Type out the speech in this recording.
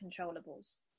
controllables